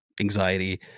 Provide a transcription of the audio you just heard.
anxiety